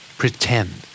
pretend